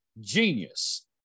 genius